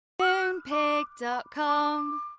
Moonpig.com